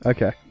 Okay